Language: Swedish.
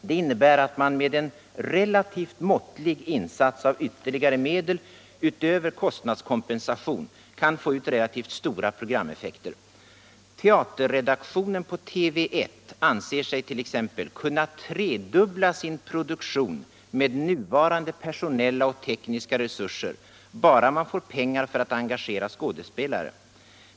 Det innebär att man med en relativt måttlig insats av ytterligare medel utöver kostnadskompensation kan få ut relativt stora programeffekter. Teaterredaktionen på TV 1 anser sig t.ex. kunna tredubbla sin produktion med nuvarande personella och tekniska resurser bara man får pengar för att engagera skådespelare.